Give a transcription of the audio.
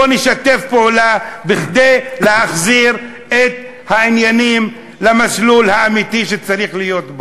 בואו נשתף פעולה כדי להחזיר את העניינים למסלול האמיתי שצריך להיות.